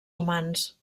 humans